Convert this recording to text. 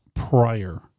prior